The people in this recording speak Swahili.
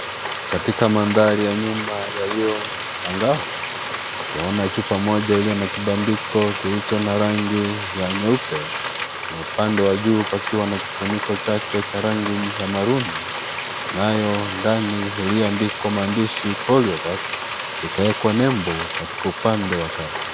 Katika mandhari ya nyuma yaliyo angavu, twaona chupa moja iliyo na kibandiko kilicho na rangi iliyo ya nyeupe na upande wa juu pakiwa na kifuniko chake cha rangi ya maroon , nayo ndani iliyoandikwa maandishi polio vaccine , ikaekwa nembo katika upande wa kati.